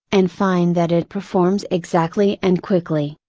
and find that it performs exactly and quickly.